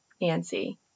Nancy